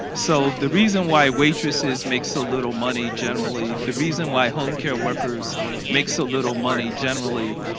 so the reason why waitresses make so little money generally, the reason why home care workers make so little money, generally,